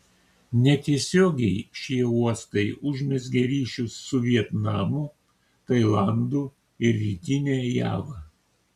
netiesiogiai šie uostai užmezgė ryšius su vietnamu tailandu ir rytine java